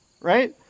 right